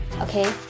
okay